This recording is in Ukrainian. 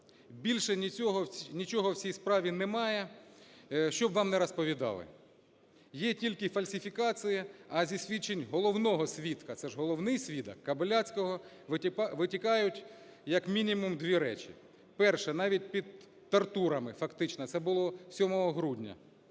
Більше нічого в цій справі немає, що б вам не розповідали, є тільки фальсифікації. А зі свідчень головного свідка, це ж головний свідок, Кобиляцького, витікають як мінімум дві речі. Перше: навіть під тортурами фактично, це було 7 грудня,